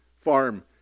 farm